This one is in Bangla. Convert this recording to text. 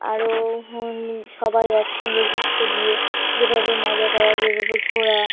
আরও সবাই একসঙ্গে ঘুরতে গিয়ে যেভাবে মজা করা যেভাবে ঘোরা